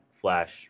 flash